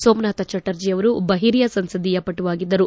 ಸೋಮನಾಥ ಚಟರ್ಜಿಯವರು ಒಬ್ಬ ಹಿರಿಯ ಸಂಸದೀಯ ಪಟುವಾಗಿದ್ದರು